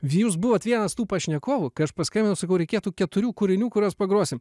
jūs buvot vienas tų pašnekovų kai aš paskambinau sakau reikėtų keturių kūrinių kuriuos pagrosim